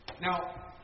Now